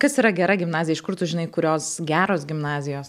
kas yra gera gimnazija iš kur tu žinai kurios geros gimnazijos